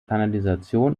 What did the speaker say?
kanalisation